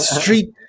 street